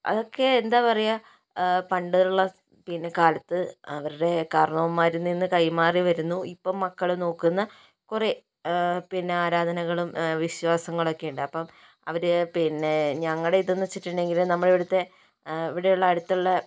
അതൊക്കെ എന്താ പറയുക പണ്ടുള്ള പിന്നെ കാലത്ത് അവരുടെ കാർന്നോന്മാരിൽ നിന്ന് കൈ മാറി വരുന്നു ഇപ്പോൾ മക്കള് നോക്കുന്ന കുറേ പിന്നെ ആരാധനകളും വിശ്വാസങ്ങളൊക്കെയുണ്ട് അപ്പോൾ അവര് പിന്നെ ഞങ്ങളുടെ ഇതെന്ന് വെച്ചിട്ടുണ്ടെങ്കിൽ നമ്മുടെ ഇവിടുത്തെ ഇവിടെയുള്ള അടുത്തുള്ള